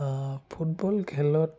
football খেলত